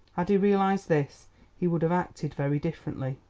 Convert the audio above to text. had he realised this he would have acted very differently.